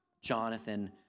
Jonathan